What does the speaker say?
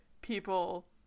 people